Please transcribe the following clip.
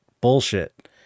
bullshit